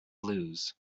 lose